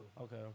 okay